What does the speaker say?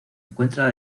encuentra